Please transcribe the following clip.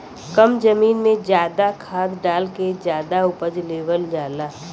कम जमीन में जादा खाद डाल के जादा उपज लेवल जाला